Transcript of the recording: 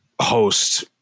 host